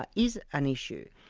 but is an issue,